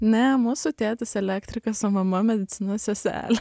ne mūsų tėtis elektrikas o mama medicinos seselė